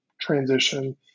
transition